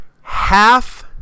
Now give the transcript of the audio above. half